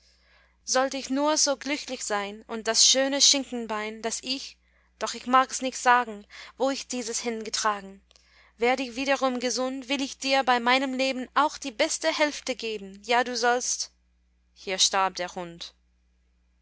sollt ich nur so glücklich sein und das schöne schinkenbein das ich doch ich mags nicht sagen wo ich dieses hingetragen werd ich wiederum gesund will ich dir bei meinem leben auch die beste hälfte geben ja du sollst hier starb der hund